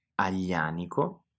Aglianico